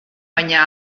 baina